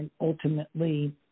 ultimately